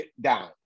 down